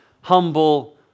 humble